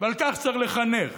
ועל כך צריך לחנך.